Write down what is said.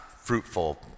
fruitful